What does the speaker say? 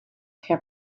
had